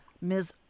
Ms